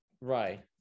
right